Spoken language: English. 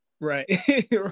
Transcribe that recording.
right